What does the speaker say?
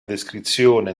descrizione